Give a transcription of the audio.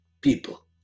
people